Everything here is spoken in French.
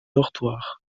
dortoir